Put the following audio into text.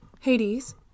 Hades